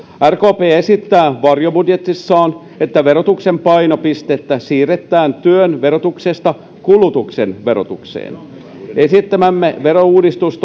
rkp esittää varjobudjetissaan että verotuksen painopistettä siirretään työn verotuksesta kulutuksen verotukseen esittämämme verouudistus